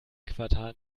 quartal